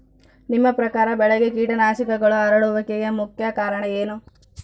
ನಿಮ್ಮ ಪ್ರಕಾರ ಬೆಳೆಗೆ ಕೇಟನಾಶಕಗಳು ಹರಡುವಿಕೆಗೆ ಮುಖ್ಯ ಕಾರಣ ಏನು?